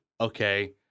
okay